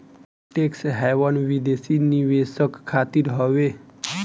tax haven विदेशी निवेशक खातिर हवे